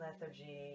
lethargy